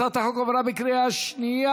הצעת החוק עברה בקריאה שנייה.